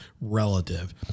relative